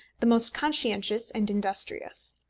the most conscientious and industrious.